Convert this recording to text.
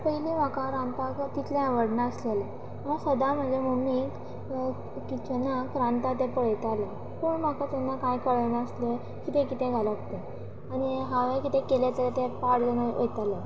पयली म्हाका रांदपाक तितलें आवडनासलेले हांव सदां म्हजे मम्मीक किचनाक रांदता तें पळयताले पूण म्हाका तेन्ना कांय कळनासले कितें कितें घालप ते आनी हांवे कितें केलें जाल्यार तें पाड जावन वयताले